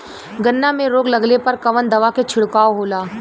गन्ना में रोग लगले पर कवन दवा के छिड़काव होला?